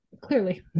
clearly